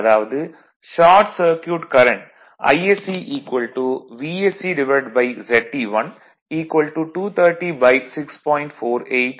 அதாவது short circuit current ISC VSC Ze1 2306